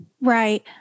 Right